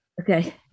Okay